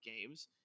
games